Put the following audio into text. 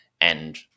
and-